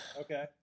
okay